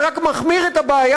זה רק מחמיר את הבעיה,